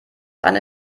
eine